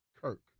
Kirk